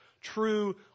true